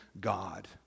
God